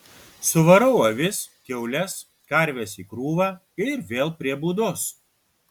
suvarau avis kiaules karves į krūvą ir vėl prie būdos